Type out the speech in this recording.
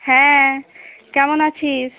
হ্যাঁ কেমন আছিস